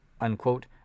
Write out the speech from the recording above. unquote